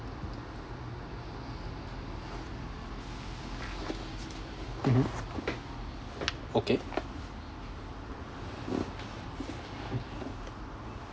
mmhmm okay